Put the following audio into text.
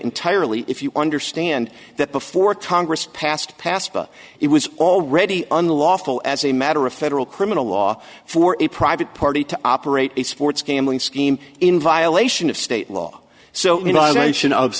entirely if you understand that before congress passed passed but it was already unlawful as a matter of federal criminal law for a private party to operate a sports gambling scheme in violation of state law so